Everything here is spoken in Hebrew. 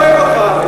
אני אוהב אותך,